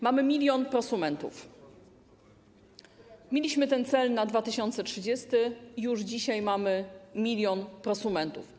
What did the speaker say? Mamy milion prosumentów - mieliśmy ten cel na 2030 r. i już dzisiaj mamy milion prosumentów.